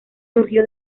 surgió